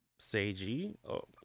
Seiji